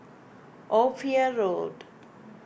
Ophir Road